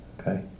okay